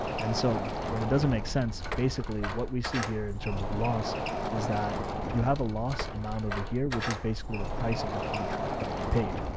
and so when it doesn't make sense, basically what we see here in terms of loss is that you have a loss amount over here, which is basically the price of the contract that you paid.